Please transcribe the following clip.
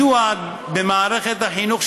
מדוע במערכת החינוך,